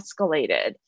escalated